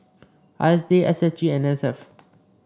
I S D S S G N S F